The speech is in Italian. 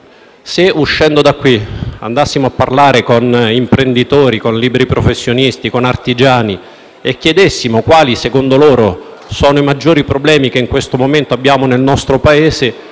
Se, uscendo da qui, andassimo a parlare con imprenditori, liberi professionisti, artigiani e chiedessimo loro quali sono, secondo loro, i maggiori problemi che in questo momento abbiamo nel nostro Paese,